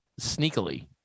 sneakily